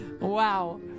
Wow